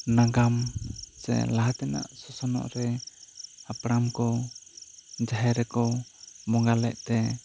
ᱱᱟᱜᱟᱢ ᱥᱮ ᱞᱟᱦᱟ ᱛᱮᱱᱟᱜ ᱥᱚᱥᱱᱚᱜ ᱨᱮ ᱦᱟᱯᱲᱟᱢ ᱠᱚ ᱡᱟᱦᱮᱨ ᱨᱮᱠᱚ ᱵᱚᱸᱜᱟ ᱞᱮᱫ ᱛᱮ